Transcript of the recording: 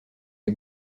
les